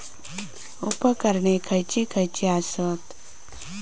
उपकरणे खैयची खैयची आसत?